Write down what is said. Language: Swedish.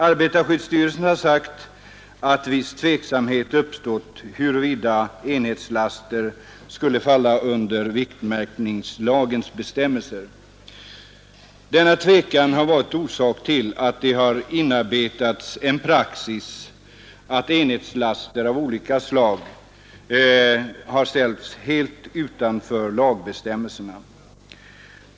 Arbetarskyddsstyrelsen har sagt att viss tveksamhet uppstått om huruvida enhetslaster skulle falla under viktmärkningslagens bestämmelser. Denna tvekan har varit orsak till att det inarbetats en praxis att enhetslaster av olika slag har ställts helt utanför lagbestämmelserna.